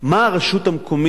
מה הרשות המקומית